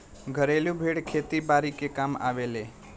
घरेलु भेड़ खेती बारी के कामे आवेले